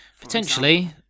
Potentially